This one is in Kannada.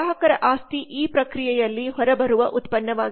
ಗ್ರಾಹಕರ ಆಸ್ತಿ ಈ ಪ್ರಕ್ರಿಯೆಯಲ್ಲಿ ಹೊರಬರುವ ಉತ್ಪನ್ನವಾಗಿರುತ್ತದೆ